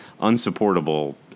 unsupportable